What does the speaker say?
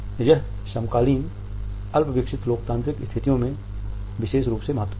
यह समकालीन अल्पविकसित लोकतांत्रिक स्थितियों में विशेष रूप से महत्वपूर्ण था